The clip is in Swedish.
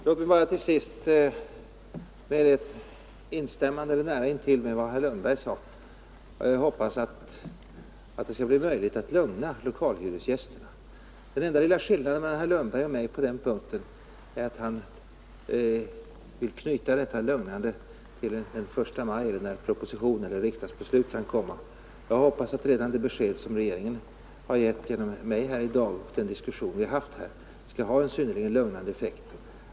Herr talman! Låt mig bara till sist instämma, eller nära instämma, med herr Lundberg. Jag hoppas det skall bli möjligt att lugna lokalhyresgästerna. Enda skillnaden mellan herr Lundberg och mig på den punkten är att han vill knyta detta lugnande till den 1 maj eller när riksdagsbeslutet kan komma. Jag hoppas att redan det besked regeringen har gett genom mig i dag och den diskussion vi haft här har synnerligen lugnande effekter.